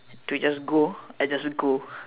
to just go I just go